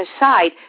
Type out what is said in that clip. aside